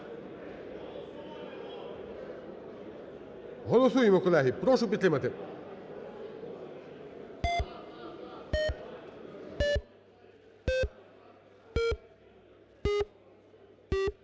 Голосуємо, колеги. Прошу підтримати.